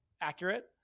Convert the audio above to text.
accurate